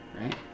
right